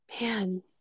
man